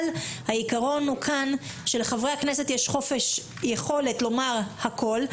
אבל העיקרון כאן הוא שלחברי הכנסת יש יכולת לומר הכול,